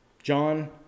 John